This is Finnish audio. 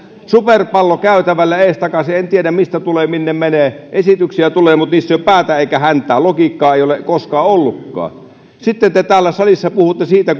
superpallo käytävällä edestakaisin en en tiedä mistä tulee minne menee esityksiä tulee mutta niissä ei ole päätä eikä häntää logiikkaa ei ole koskaan ollutkaan sitten te täällä salissa puhutte siitä